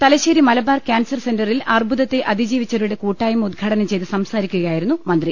Thalassery Malabar cancer സെന്ററിൽ അർബുദത്തെ അതിജീവിച്ചവരുടെ കൂട്ടായ്മ ഉദ്ഘാടനം ചെയ്ത് സംസാരിക്കുകയായിരുന്നു മന്ത്രി